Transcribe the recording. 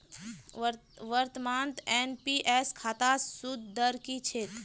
वर्तमानत एन.पी.एस खातात सूद दर की छेक